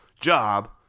job